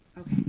Okay